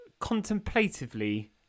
contemplatively